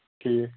ٹھیٖک